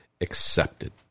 accepted